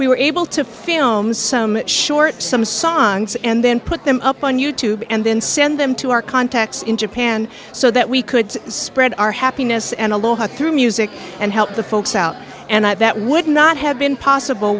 we were able to film some short some songs and then put them up on youtube and then send them to our contacts in japan so that we could spread our happiness and a lot through music and help the folks out and that would not have been possible